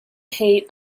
hate